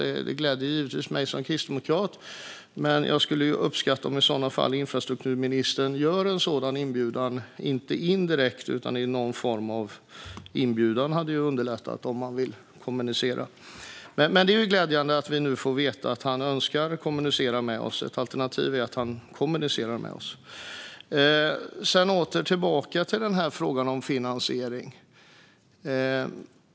Det gläder givetvis mig som kristdemokrat, men jag skulle uppskatta om infrastrukturministern i så fall framför en sådan inbjudan direkt och inte bara indirekt. Det hade ju underlättat om man vill kommunicera. Men det är glädjande att vi nu får veta att han önskar kommunicera med oss. Ett alternativ är att han kommunicerar med oss. Sedan återkommer jag till frågan om finansiering.